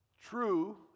true